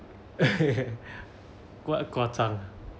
what 夸张：kua zhang